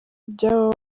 byabo